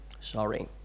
Sorry